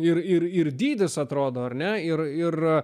ir ir ir dydis atrodo ar ne ir ir